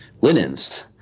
linens